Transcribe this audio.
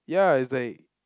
ya is like